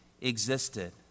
existed